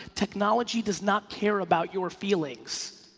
technology does not care about your feelings.